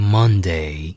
Monday